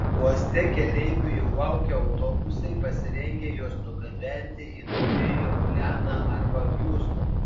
uoste keleivių jau laukia autobusai pasirengę juos nugabenti į naująjį orleaną arba hjustoną